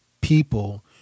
people